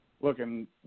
looking